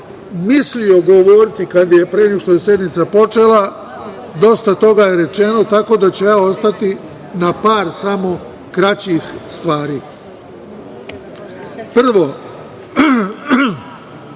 mislio govoriti pre nego što je sednica počela, dosta toga je rečeno, tako da ću ja ostati na par kraćih stvari. Prvo,